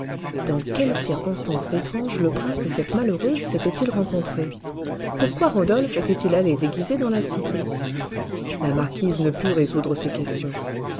dans quelles circonstances étranges le prince et cette malheureuse s'étaient-ils rencontrés pourquoi rodolphe était-il allé déguisé dans la cité la marquise ne put résoudre ces questions